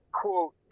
quote